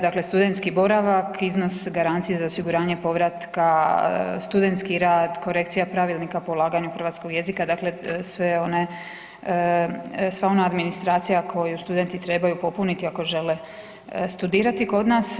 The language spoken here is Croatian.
Dakle, studentski boravak, iznos garancije za osiguranje povratka, studentski rad, korekcija pravilnika, polaganje hrvatskog jezika, dakle sve one, sva ona administracija koju studenti trebaju popuniti ako žele studirati kod nas.